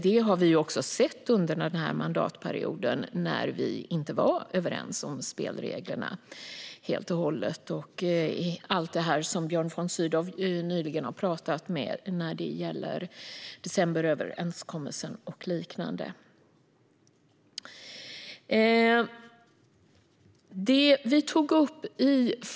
Det såg vi ju också under denna mandatperiod när vi inte var överens om spelreglerna, apropå det som Björn von Sydow nyss talade om i fråga om decemberöverenskommelsen och liknande.